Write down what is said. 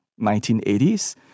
1980s